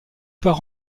part